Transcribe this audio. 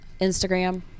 Instagram